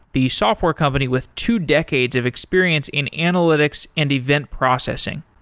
the software company with two decades of experience in analytics and event processing.